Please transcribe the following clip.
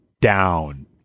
down